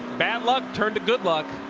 bad luck turning to good luck,